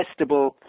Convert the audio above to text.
testable